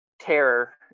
terror